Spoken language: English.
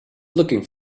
looking